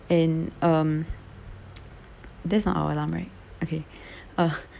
and um that's not our alarm right okay uh